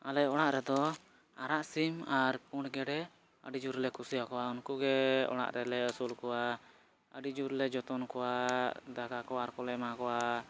ᱟᱞᱮ ᱚᱲᱟᱜ ᱨᱮᱫᱚ ᱟᱨᱟᱜ ᱥᱤᱢ ᱟᱨ ᱯᱩᱸᱰ ᱜᱮᱰᱮ ᱟᱹᱰᱤ ᱡᱳᱨ ᱞᱮ ᱠᱩᱥᱤᱭᱟᱠᱚᱣᱟ ᱩᱱᱠᱩ ᱜᱮ ᱚᱲᱟᱜ ᱨᱮᱞᱮ ᱟᱹᱥᱩᱞ ᱠᱚᱣᱟ ᱟᱹᱰᱤ ᱡᱳᱨ ᱞᱮ ᱡᱚᱛᱚᱱ ᱠᱚᱣᱟ ᱫᱟᱠᱟ ᱠᱚ ᱟᱨ ᱠᱚᱞᱮ ᱮᱢᱟ ᱠᱚᱣᱟ